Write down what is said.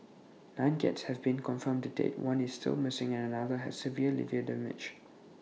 nine cats have been confirmed dead one is still missing and another has severe liver damage